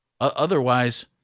Otherwise